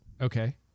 Okay